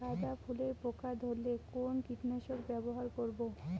গাদা ফুলে পোকা ধরলে কোন কীটনাশক ব্যবহার করব?